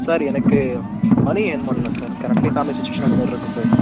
sir எனக்கு money earn பண்ணணும் sir currently family situation அந்த மாரி இருக்குது சார்